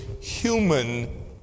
human